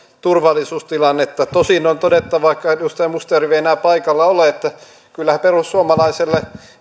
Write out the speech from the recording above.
turvallisuustilannetta tosin on todettava vaikka edustaja mustajärvi ei enää paikalla ole että kyllähän perussuomalaisille